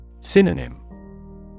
Synonym